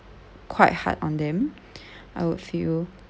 quite hard on them I would feel